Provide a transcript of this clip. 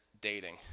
dating